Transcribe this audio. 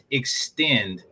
extend